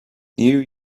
new